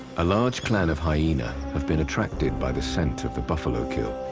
a large clan of hyena have been attracted by the scent of the buffalo kill.